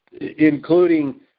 including